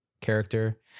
character